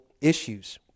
issues